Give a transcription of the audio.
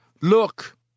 Look